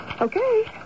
Okay